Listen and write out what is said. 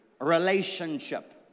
relationship